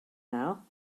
now